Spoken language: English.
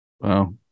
Wow